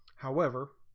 however